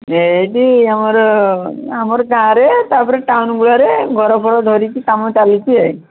ଏଇଠି ଆମର ଆମର ଗାଁରେ ତାପରେ ଟାଉନ୍ ମୂଳରେ ଘର ଫର ଧରି କି କାମ ଚାଲିଛି